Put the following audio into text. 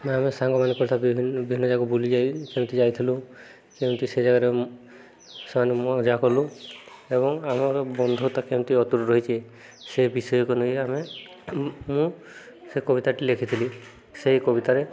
ଆମେ ସାଙ୍ଗମାନେ କଥା ବିଭିନ୍ନ ବିଭିନ୍ନ ଜାଗା ବୁଲି ଯାଇ କେମିତି ଯାଇଥିଲୁ କେମିତି ସେ ଜାଗାରେ ସେମାନେ ମଜା କଲୁ ଏବଂ ଆମର ବନ୍ଧୁତା କେମିତି ଅତୁଟ ରହିଛି ସେ ବିଷୟକୁ ନେଇ ଆମେ ମୁଁ ସେ କବିତାଟି ଲେଖିଥିଲି ସେଇ କବିତାରେ